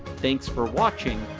thanks for watching.